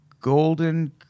Golden